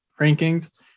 rankings